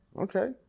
Okay